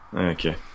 Okay